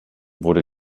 wurde